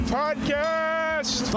podcast